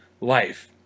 life